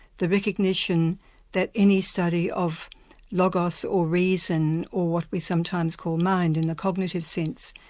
the recognition that any study of logos or reason, or what we sometimes call mind in the cognitive sense,